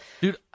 dude